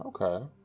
Okay